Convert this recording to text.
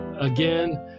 again